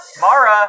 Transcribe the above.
Mara